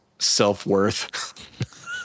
Self-worth